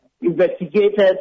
investigated